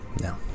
No